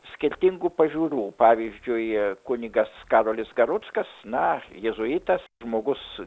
skirtingų pažiūrų pavyzdžiui kunigas karolis garuckas na jėzuitas žmogus